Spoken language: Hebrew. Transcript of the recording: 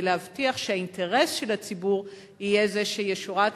להבטיח שהאינטרס של הציבור יהיה זה שישורת,